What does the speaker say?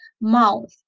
mouth